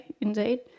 indeed